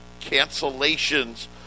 cancellations